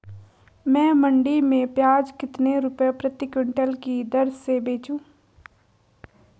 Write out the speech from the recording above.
मैं मंडी में प्याज कितने रुपये प्रति क्विंटल की दर से बेचूं?